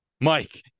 Mike